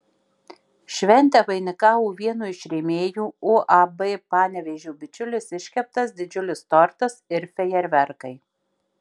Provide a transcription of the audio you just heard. šventę vainikavo vieno iš rėmėjų uab panevėžio bičiulis iškeptas didžiulis tortas ir fejerverkai